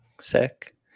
Sick